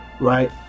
right